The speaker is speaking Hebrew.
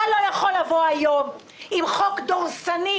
אתה לא יכול לבוא היום עם חוק דורסני,